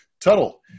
Tuttle